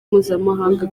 mpuzamahanga